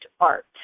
art